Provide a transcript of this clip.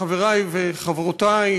חברי וחברותי,